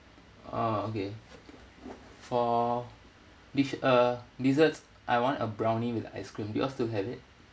oh okay for dish uh desserts I want a brownie with ice cream you all still have it